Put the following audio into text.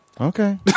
okay